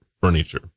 furniture